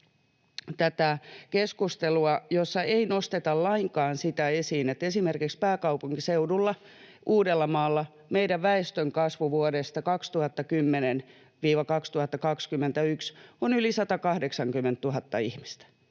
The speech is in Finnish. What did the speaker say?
tätä keskustelua, jossa ei nosteta lainkaan esiin sitä, että esimerkiksi pääkaupunkiseudulla, Uudellamaalla, väestönkasvu vuosina 2010—2021 on yli 180 000 ihmistä